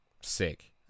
Sick